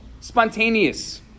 spontaneous